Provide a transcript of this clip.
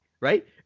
right